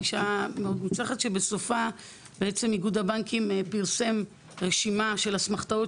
פגישה מאוד מוצלחת שבסופה איגוד הבנקים פרסם רשימה של אסמכתאות